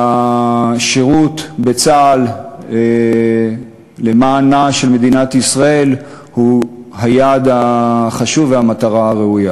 והשירות בצה"ל למען מדינת ישראל הוא היעד החשוב והמטרה הראויה.